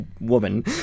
woman